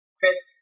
Chris